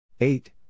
Eight